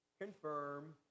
confirm